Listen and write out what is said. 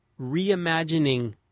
reimagining